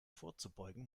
vorzubeugen